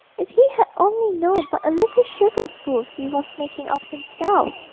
if he had only known what a little sugar fool he was making of himself,